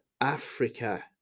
africa